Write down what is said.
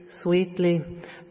sweetly